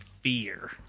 fear